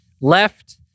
left